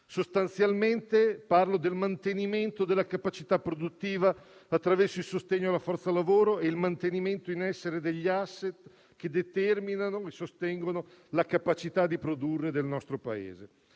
Sostanzialmente parlo del mantenimento della capacità produttiva attraverso il sostegno alla forza-lavoro e il mantenimento in essere degli *asset,* che determinano e sostengono la capacità di produrre del nostro Paese.